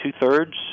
two-thirds